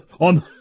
on